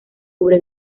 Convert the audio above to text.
cubre